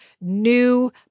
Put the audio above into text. new